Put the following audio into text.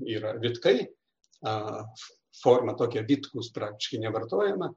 yra vitkai a forma tokia vitkus praktiškai nevartojama